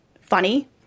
funny